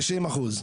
תשעים אחוז.